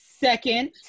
Second